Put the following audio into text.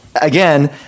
again